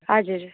हजुर